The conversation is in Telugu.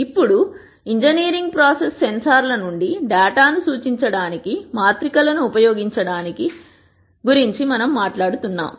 ఇప్పుడు ఇంజనీరింగ్ ప్రాసెస్ సెన్సార్ల నుండి డేటాను సూచించడానికి మాత్రికలను ఉపయోగించడం గురించి మేము మాట్లాడుతున్నాము